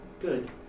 good